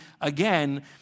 again